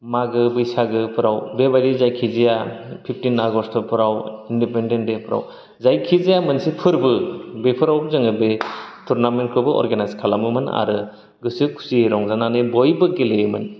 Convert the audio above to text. मागो बैसागोफोराव बेबायदि जायखिजाया फिफटिन आगष्ट फोराव इनडिपेन्डेन्ट दे फोराव जायखिजाया मोनसे फोरबो बेफोराव जोङो बे टुरनामेन्ट खौबो अरगेनाइज खालामोमोन आरो गोसो खुसियै रंजानानै बयबो गेलेयोमोन